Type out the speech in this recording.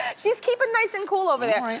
she's keeping nice and cool over there.